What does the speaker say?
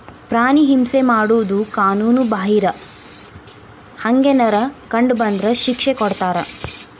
ಪ್ರಾಣಿ ಹಿಂಸೆ ಮಾಡುದು ಕಾನುನು ಬಾಹಿರ, ಹಂಗೆನರ ಕಂಡ ಬಂದ್ರ ಶಿಕ್ಷೆ ಕೊಡ್ತಾರ